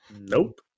Nope